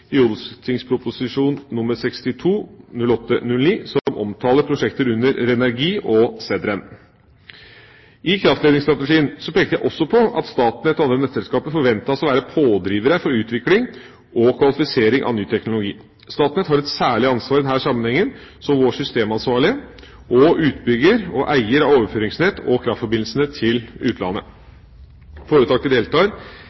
som omtaler prosjekter under RENERGI og CEDREN. I kraftledningsstrategien pekte jeg også på at Statnett og andre nettselskaper forventes å være pådrivere for utvikling og kvalifisering av ny teknologi. Statnett har et særlig ansvar i denne sammenhengen som vår systemansvarlige og utbygger og eier av overføringsnett og kraftforbindelse til